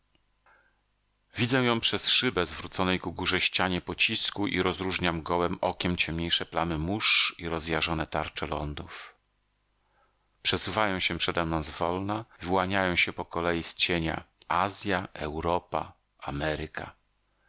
widzę ją przez szybę w zwróconej ku górze ścianie pocisku i rozróżniam gołem okiem ciemniejsze plamy mórz i rozjarzone tarcze lądów przesuwają się przede mną z wolna wyłaniają się po kolei z cienia azja europa ameryka